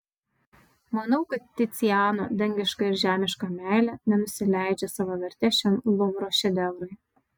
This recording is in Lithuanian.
manau kad ticiano dangiška ir žemiška meilė nenusileidžia savo verte šiam luvro šedevrui